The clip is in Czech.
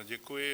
Děkuji.